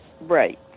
Right